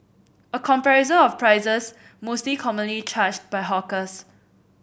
a comparison of prices mostly commonly charged by hawkers